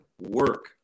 work